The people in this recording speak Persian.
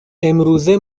امروزه